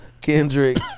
Kendrick